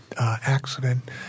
accident